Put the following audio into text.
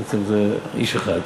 זה בעצם איש אחד,